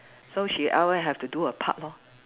so she have to do her part lor